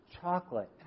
chocolate